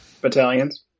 Battalions